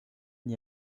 n’y